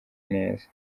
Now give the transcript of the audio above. neza